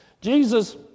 Jesus